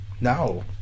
No